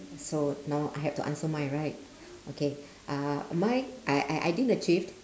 so no I have to answer mine right okay uh mine I I I didn't achieved